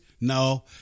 no